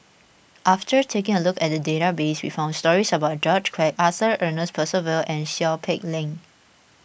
after taking a look at the database we found stories about George Quek Arthur Ernest Percival and Seow Peck Leng